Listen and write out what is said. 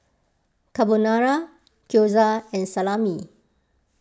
Carbonara Gyoza and Salami